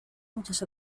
muchas